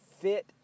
fit